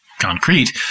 concrete